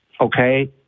Okay